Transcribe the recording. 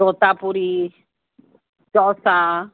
Totapuri Chausa